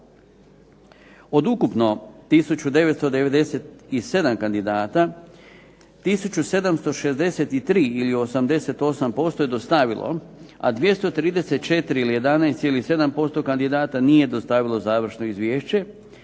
Od ukupno 1997 kandidata 1763 ili 88% je dostavilo, a 234 ili 11,7% kandidata nije dostavilo završno izvješće.